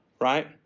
Right